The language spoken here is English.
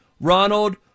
Ronald